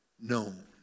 known